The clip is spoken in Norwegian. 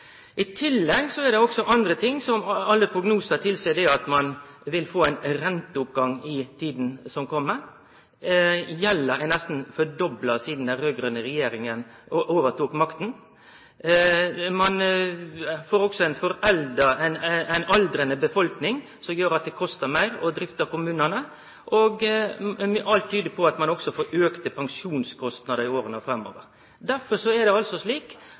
I tillegg er det også andre ting: Alle prognosar tilseier at ein vil få ein renteoppgang i tida som kjem. Gjelda er nesten fordobla sidan den raud-grøne regjeringa tok over makta. Ein har også ei aldrande befolkning, og det gjer at det kostar meir å drifte kommunane. Og alt tyder på at ein også får auka pensjonskostnader i åra framover. Derfor er det altså slik